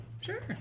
Sure